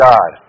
God